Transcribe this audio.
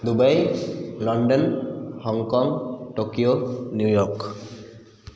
Dubai London Hong Kong Tokyo New York